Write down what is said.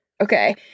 Okay